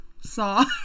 saw